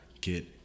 get